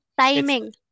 Timing